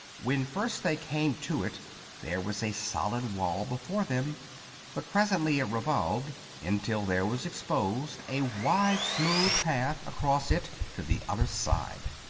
when first they came to it there was a solid wall before them but presently it revolved until there was exposed a wide, smooth path across it to the other side.